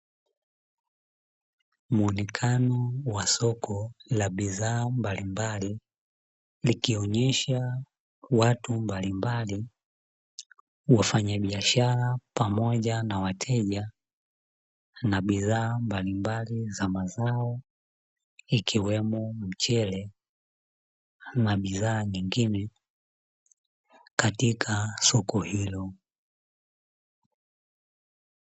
Muonekano wa soko la bidhaa mbalimbali likionyesha watu mbalimbali, wafanyabiashara pamoja na wateja, na bidhaa mbalimbali za mazao, ikiwemo mchele na bidhaa nyingine katika soko hilo.